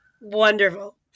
Wonderful